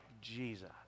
jesus